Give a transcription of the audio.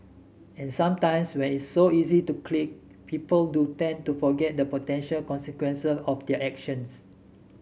and sometimes when it's so easy to click people do tend to forget the potential consequences of their actions